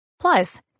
Plus